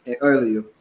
earlier